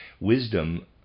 Wisdom